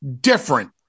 different